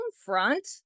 front